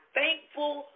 thankful